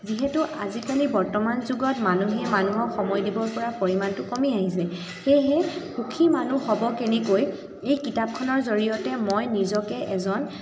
যিহেতু আজিকালি বৰ্তমান যুগত মানুহে মানুহক সময় দিব পৰা পৰিমাণটো কমি আহিছে সেয়েহে সুখী মানুহ হ'ব কেনেকৈ এই কিতাপখনৰ জৰিয়তে মই নিজকে এজন